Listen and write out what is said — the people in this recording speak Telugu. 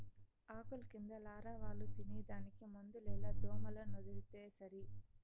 ఆకుల కింద లారవాలు తినేదానికి మందులేల దోమలనొదిలితే సరి